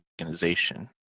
organization